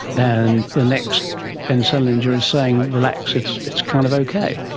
and the next ben selinger is saying relax, it's it's kind of okay.